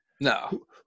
No